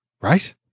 right